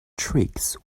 tricks